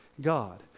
God